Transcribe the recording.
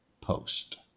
post